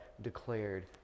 declared